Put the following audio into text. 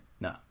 No